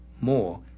more